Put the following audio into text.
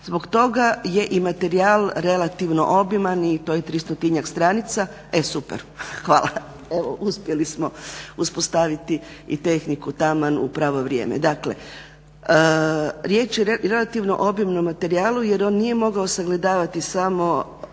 Zbog toga je i materijal relativno obiman i to je tristotinjak stranica, e super, hvala evo uspjeli smo uspostaviti i tehniku taman u pravo vrijeme. Dakle, riječ je o relativno obimnom materijalu jer on nije mogao sagledavati samo